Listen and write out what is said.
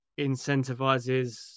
incentivizes